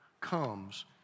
comes